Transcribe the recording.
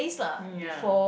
mm ya